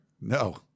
No